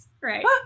right